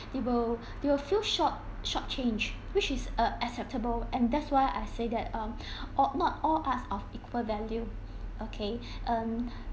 they will they will feel short short changed which is uh acceptable and that's why I say that um not all arts are equal value okay